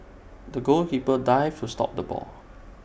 the goalkeeper dived to stop the ball